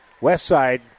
Westside